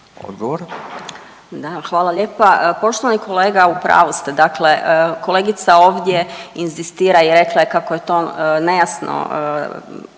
(HDZ)** Hvala lijepa. Poštovani kolega, u pravu ste, dakle kolegica ovdje inzistira i rekla je kako je to nejasno